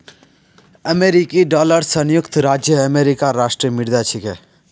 अमेरिकी डॉलर संयुक्त राज्य अमेरिकार राष्ट्रीय मुद्रा छिके